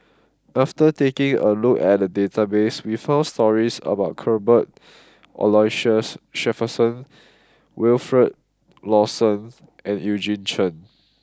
after taking a look at the database we found stories about Cuthbert Aloysius Shepherdson Wilfed Lawson and Eugene Chen